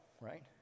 right